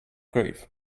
grief